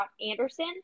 Anderson